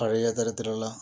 പഴയ തരത്തിലുള്ള